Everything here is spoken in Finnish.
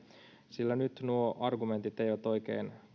sillä nyt nuo argumentit eivät oikein